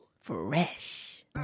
Fresh